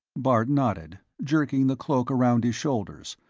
bart nodded, jerking the cloak around his shoulders,